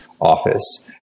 office